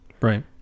Right